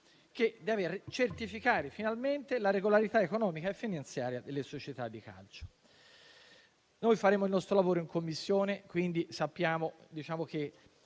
dovrà certificare finalmente la regolarità economica e finanziaria delle società di calcio. Noi faremo il nostro lavoro in Commissione e sappiamo che